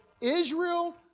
Israel